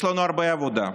יש לנו הרבה עבודה,